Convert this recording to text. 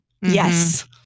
Yes